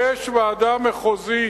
רק בוועדה אחת,